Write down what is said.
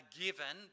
given